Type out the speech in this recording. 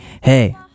hey